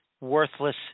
worthless